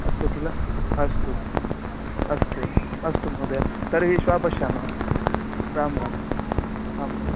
अस्तु किल अस्तु अस्तु अस्तु महोदय तर्हि श्वः पश्यामः राम् राम् राम् राम्